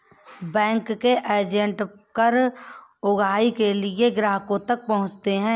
bank के agent कर उगाही के लिए भी ग्राहकों तक पहुंचते हैं